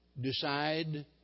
Decide